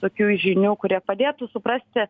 tokių žinių kurie padėtų suprasti